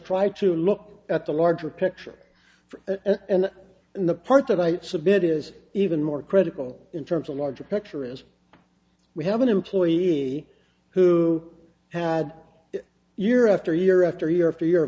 try to look at the larger picture and in the part that i submit is even more critical in terms of a larger picture is we have an employee who had year after year after year after year